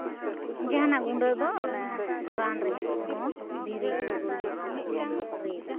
ᱡᱟᱦᱟᱱᱟᱜ ᱜᱩᱸᱰᱟᱹᱫᱚ ᱚᱱᱮ ᱨᱟᱱ ᱨᱮᱦᱮᱫ ᱠᱚᱦᱚᱸ ᱫᱷᱤᱨᱤ ᱜᱩᱲᱜᱩ ᱨᱮᱜᱮ ᱠᱚ ᱨᱤᱫᱟ